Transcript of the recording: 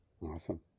Awesome